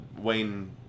Wayne